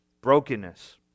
brokenness